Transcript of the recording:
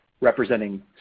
representing